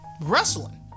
wrestling